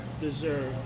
deserve